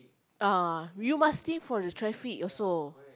ah you must think for the traffic also